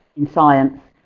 in science,